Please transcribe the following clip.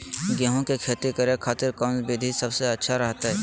गेहूं के खेती करे खातिर कौन विधि सबसे अच्छा रहतय?